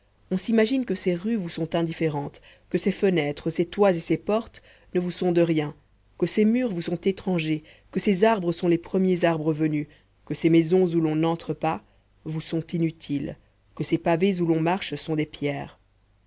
on s'imagine que ces rues vous sont indifférentes que ces fenêtres ces toits et ces portes ne vous sont de rien que ces murs vous sont étrangers que ces arbres sont les premiers arbres venus que ces maisons où l'on n'entre pas vous sont inutiles que ces pavés où l'on marche sont des pierres